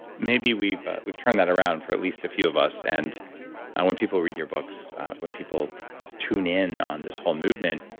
maybe we've we've turned that around for at least a few of us. and when people read your books when people just tune in on this whole movement,